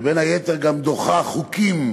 שבין היתר גם דוחה חוקים